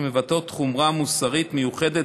שמבטאות חומרה מוסרית מיוחדת,